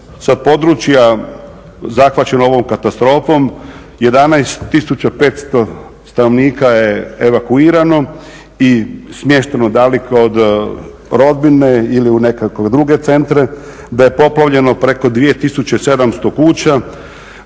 sa područja zahvaćenog ovom katastrofom 11 tisuća 500 stanovnika je evakuirano i smješteno, da li kod rodbine ili u nekakve druge centre, da je poplavljeno preko 2700 kuća,